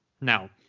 Now